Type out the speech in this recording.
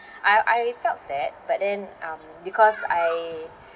I I felt sad but then um because I